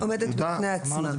התעודה עומדת בפני עצמה.